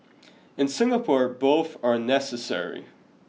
in Singapore both are necessary